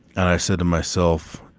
and i said to myself,